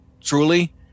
truly